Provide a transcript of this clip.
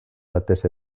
batez